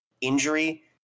injury